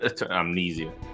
Amnesia